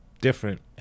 different